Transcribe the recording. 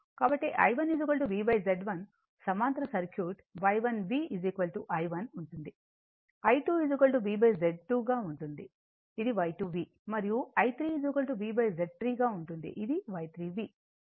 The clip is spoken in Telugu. కాబట్టిI1 VZ1 సమాంతర సర్క్యూట్ Y1V I 1 గా ఉంటుంది I2 VZ2 గా ఉంటుంది ఇది Y2 V మరియు I3 V Z3 గా ఉంటుంది ఇది Y3 V